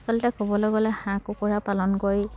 আচলতে ক'বলৈ গ'লে হাঁহ কুকুৰা পালন কৰি